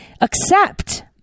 accept